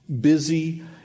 Busy